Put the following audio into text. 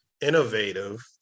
innovative